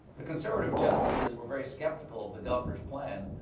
the conservative justices were very skeptical of the governor's plan,